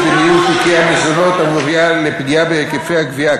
בניהול תיקי מזונות המוביל לפגיעה בהיקפי הגבייה.